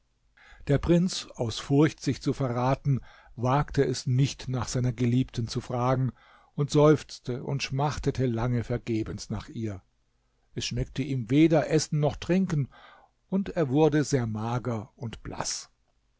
der prinz aus furcht sich zu verraten wagte es nicht nach seiner geliebten zu fragen und seufzte und schmachtete lange vergebens nach ihr es schmeckte ihm weder essen noch trinken und er wurde sehr mager und blaß